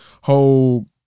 whole